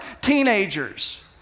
teenagers